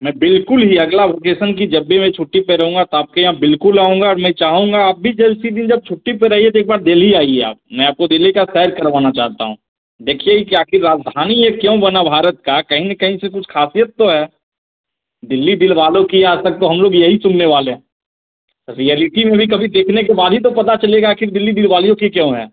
मैं बिल्कुल ही अगला वेकेशन की जब भी मैं छुट्टी पर रहूँगा तो आपके यहाँ बिल्कुल आऊँगा और मैं चाहूँगा आप भी जो किसी दिन जब छुट्टी पर रहिए तो एक बार दिल्ली आइए आप मैं आपको दिल्ली का सैर करवाना चाहता हूँ देखिए ई कि आखिर राजधानी यह क्यों बना भारत का कहीं ना कहीं से तो कुछ खासियत तो है दिल्ली दिलवालों की आज तक तो हम लोग यही सुनने वाले हैं रियलिटी में भी कभी देखने के बाद ही तो पता चलेगा आखिर दिल्ली दिलवालियों की क्यों है